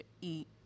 eat